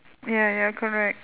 ya ya correct